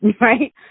right